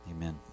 amen